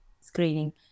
screening